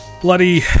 bloody